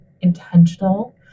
intentional